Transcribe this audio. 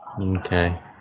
Okay